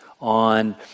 on